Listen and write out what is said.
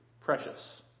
precious